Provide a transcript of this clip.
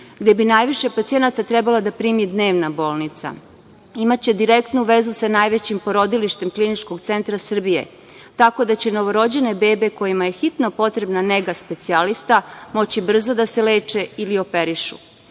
gde bi najviše pacijenata trebala da primi dnevna bolnica. Imaće direktnu vezu sa najvećim porodilištem Kliničkog centra Srbije, tako da će novorođene bebe kojima je hitno potrebna nega specijalista moći brzo da se leče ili